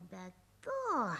be to